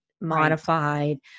modified